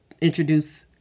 introduce